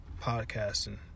podcasting